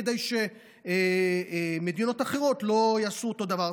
כדי שמדינות אחרות לא יעשו אותו דבר.